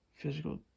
physical